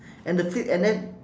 and the feet and then